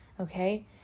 okay